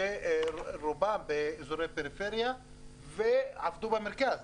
רוב הנהגים האלה מגיעים מהפריפריה ועבדו במרכז.